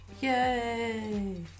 Yay